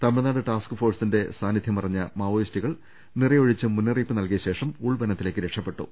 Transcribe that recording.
Tamil Nadu task ഫോഴ്സിന്റെ സാന്നിധ്യമറിഞ്ഞ മാവോയി സ്റ്റുകൾ നിറയൊഴിച്ച് മുന്നറിയിപ്പ് നൽകിയശേഷം ഉൾവനത്തിലേക്ക് രക്ഷ പ്പെട്ടു